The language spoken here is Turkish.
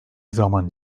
zaman